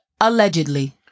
allegedly